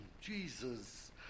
Jesus